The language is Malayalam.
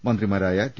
മന്ത്രിമാരായ ടി